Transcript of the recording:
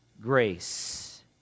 grace